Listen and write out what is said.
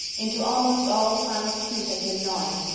into almost all time's tooth has been gnawing,